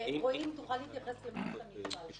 רועי, אם תוכל להתייחס למה שאני שאלתי.